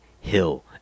hill